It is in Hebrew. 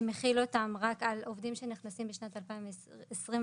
שמחיל אותן רק על עובדים שנכנסים בשנת 2021 יוסר.